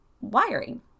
wiring